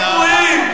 הצבועים,